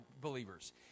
believers